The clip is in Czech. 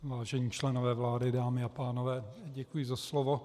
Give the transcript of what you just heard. Vážení členové vlády, dámy a pánové, děkuji za slovo.